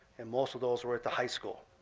and most of those were at the high school.